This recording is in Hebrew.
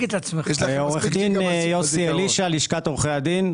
עו"ד יוסי אלישע, לשכת עורכי הדין.